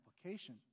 application